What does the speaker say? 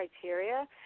criteria